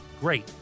Great